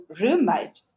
roommate